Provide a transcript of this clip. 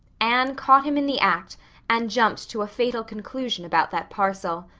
anne caught him in the act and jumped to a fatal conclusion about that parcel.